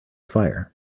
fire